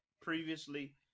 previously